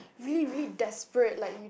really really desperate like you